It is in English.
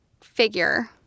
figure